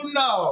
no